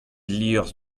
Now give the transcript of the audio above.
liorzh